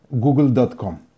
google.com